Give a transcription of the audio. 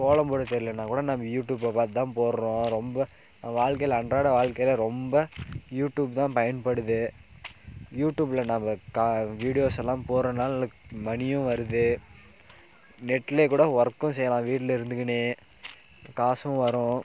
கோலம் போட தெரியலைனா கூட நம்ம யூடியூபை பார்த்துதான் போடுகிறோம் ரொம்ப வாழ்க்கையில் அன்றாட வாழ்க்கையில் ரொம்ப யூடியூப்தான் பயன்படுது யூடியூபில் நம்ம வீடியோஸ் எல்லாம் போடுறதினால மனியும் வருது நெட்டில் கூட ஒர்க்கும் செய்யலாம் வீட்டில் இருந்துக்குன்னே காசும் வரும்